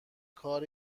کار